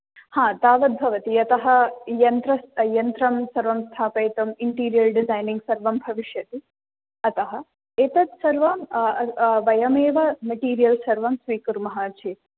हा तावत् भवति यतः यन्त्र यन्त्रं सर्वं स्थापयितुं ईण्टीरियर् डिज़ैनिङ्ग् सर्वं भविष्यति अतः एतत् सर्वं वयम् एव मेटीरियल् सर्वं स्वीकुर्मः चेत्